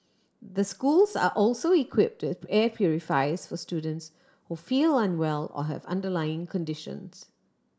the schools are also equipped air purifiers for students who feel unwell or have underlying conditions